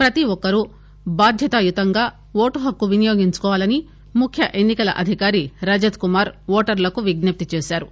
ప్రతి ఒక్కరూ బాధ్యతాయుతంగా ఓటుహక్కు వినియోగించుకోవాలని ముఖ్యఎన్ని కల అధికారి రజత్ కుమార్ ఓటర్లకు విజ్ఞప్తి చేశారు